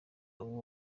uwo